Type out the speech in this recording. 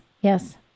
yes